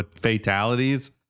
fatalities